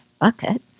bucket